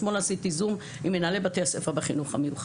אתמול עשיתי זום עם מנהלי בתי הספר בחינוך המיוחד.